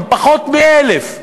הם פחות מ-1,000.